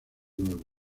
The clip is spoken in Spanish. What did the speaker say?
nuevo